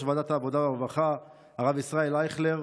ועדת העבודה והרווחה הרב ישראל אייכלר.